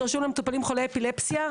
שרשום: "למטופלים חולי אפילפסיה".